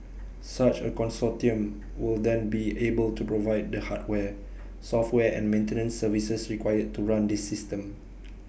such A consortium will then be able to provide the hardware software and maintenance services required to run this system